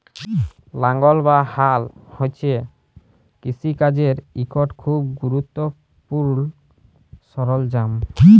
লাঙ্গল বা হাল হছে কিষিকাজের ইকট খুব গুরুত্তপুর্ল সরল্জাম